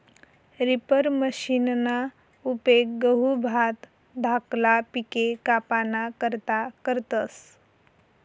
reaper मशिनना उपेग गहू, भात धाकला पिके कापाना करता करतस